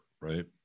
right